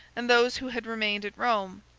and those who had remained at rome,